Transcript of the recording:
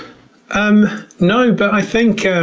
um, no, but i think,